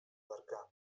wargami